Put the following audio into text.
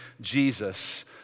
Jesus